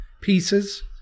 pieces